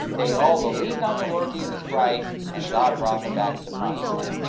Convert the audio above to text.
they all believed on the lord jesus christ, and god brought them back to the promised land.